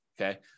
Okay